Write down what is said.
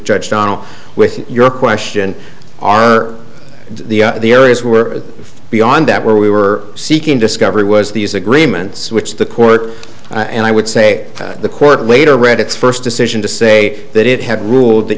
judge panel with your question are the areas we're beyond that where we were seeking discovery was these agreements which the court and i would say the court later read its first decision to say that it had ruled that